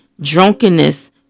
drunkenness